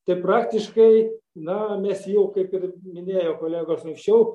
tik praktiškai na mes jau kaip ir minėjo kolegos anksčiau